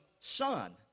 son